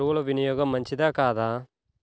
ఎరువుల వినియోగం మంచిదా కాదా?